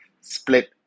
split